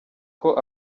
kandi